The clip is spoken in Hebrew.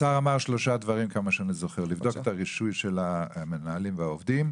השר אמר שלושה דברים: לבדוק את הרישוי של המנהלים והעובדים,